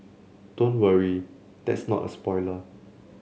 don't worry that's not a spoiler